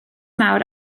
mawr